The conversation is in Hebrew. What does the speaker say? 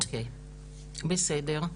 אוקי, בסדר,